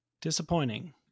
disappointing